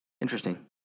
Interesting